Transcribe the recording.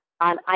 on